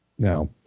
Now